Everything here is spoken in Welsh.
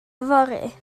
yfory